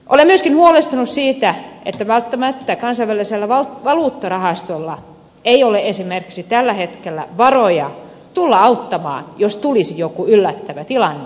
olen myöskin huolestunut siitä että välttämättä kansainvälisellä valuuttarahastolla ei ole esimerkiksi tällä hetkellä varoja tulla auttamaan jos tulisi jokin yllättävä tilanne kreikassa